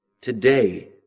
today